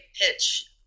pitch